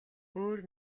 өөр